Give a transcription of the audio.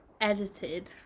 edited